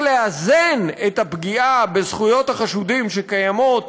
לאזן את הפגיעות בזכויות החשודים שקיימות